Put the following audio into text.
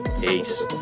Peace